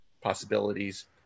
possibilities